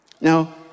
now